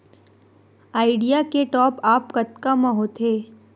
Idea के top up कतका म होथे?